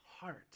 heart